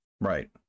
Right